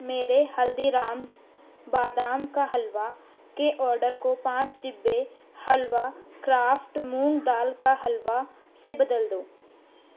میرے ہلدی رامز بادام کا حلوا کے آڈر کو پانچ ڈبّے حلوا کرافٹ مونگ دال کا حلوا سے بدل دو